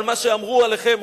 על מה שאמרו עליכם,